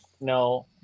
no